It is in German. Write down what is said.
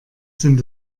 sind